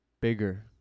bigger